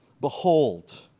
Behold